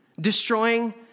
Destroying